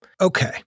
okay